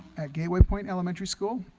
at gateway point elementary school